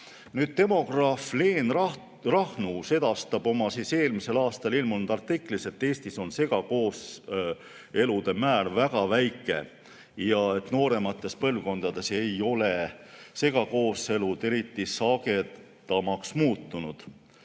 Demograaf Leen Rahnu sedastab oma eelmisel aastal ilmunud artiklis, et Eestis on segakooselude määr väga väike. Nooremates põlvkondades ei ole segakooselud eriti sagedamaks muutunud.